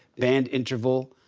band interval,